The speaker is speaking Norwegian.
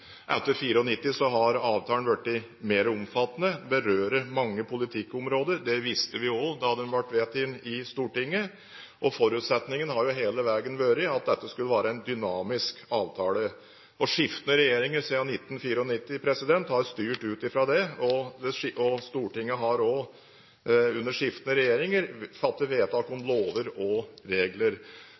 Etter 1994 har avtalen blitt mer omfattende. Den berører mange politikkområder. Det visste vi også da den ble vedtatt i Stortinget. Forutsetningen har hele tiden vært at det skulle være en dynamisk avtale. Skiftende regjeringer siden 1994 har styrt ut fra det, og Stortinget har også under skiftende regjeringer fattet vedtak om lover og regler.